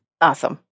Awesome